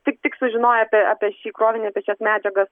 tik tik sužinoję apie apie šį krovinį apie šias medžiagas